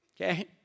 okay